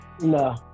No